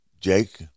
Jake